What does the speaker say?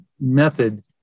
method